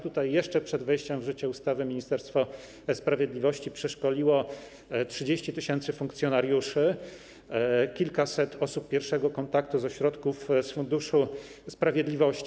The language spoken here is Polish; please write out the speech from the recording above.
Tutaj jeszcze przed wejściem w życie ustawy Ministerstwo Sprawiedliwości przeszkoliło 30 tys. funkcjonariuszy, kilkaset osób pierwszego kontaktu z ośrodków z Funduszu Sprawiedliwości.